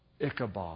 Ichabod